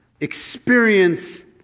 experience